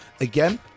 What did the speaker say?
Again